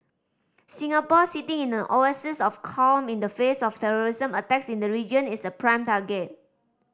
Singapore sitting in an oasis of calm in the face of terrorism attacks in the region is a prime target